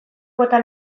bota